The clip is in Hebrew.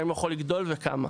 האם הוא יכול לגדול וכמה.